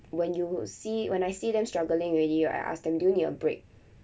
when you will see when I see them struggling already right I ask them do you need a break